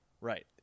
right